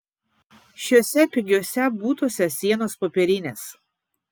šiuose pigiuose butuose sienos popierinės